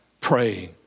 praying